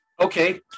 Okay